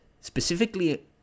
specifically